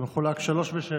זה מחולק, שלוש ושבע.